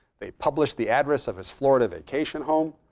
they published the address of his florida vacation home.